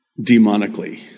demonically